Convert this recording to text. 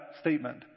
statement